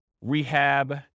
rehab